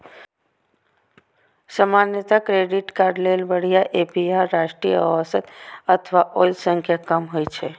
सामान्यतः credit card लेल बढ़िया ए.पी.आर राष्ट्रीय औसत अथवा ओइ सं कम होइ छै